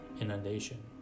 inundation